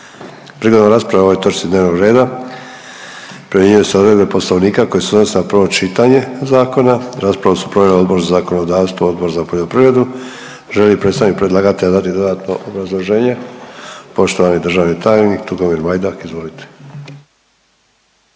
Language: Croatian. Prigodom rasprave o ovoj točci dnevnog reda primjenjuju se odredbe Poslovnika koje se odnose na prvo čitanje zakona. Raspravu su proveli Odbor za zakonodavstvo, Odbor za poljoprivredu. Želi li predstavnik predlagatelja dati dodatno obrazloženje? Poštovani državni tajnik Tugomir Majdak. Izvolite.